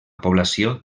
població